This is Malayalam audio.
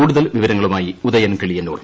കൂടുതൽ വിവരങ്ങളുമായി ഉദയൻ കിളിയന്നൂർ